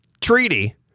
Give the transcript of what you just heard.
treaty